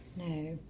No